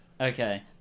Okay